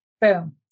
boom